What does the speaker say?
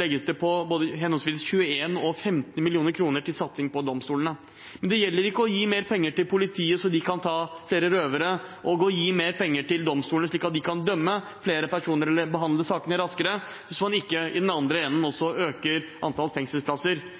legges det på henholdsvis 21 mill. kr og 15 mill. kr til satsing på domstolene. Det hjelper ikke å gi mer penger til politiet, slik at de kan ta flere røvere, og å gi mer penger til domstolene, slik at de kan dømme flere personer eller behandle sakene raskere, hvis man ikke i den andre enden øker antall fengselsplasser.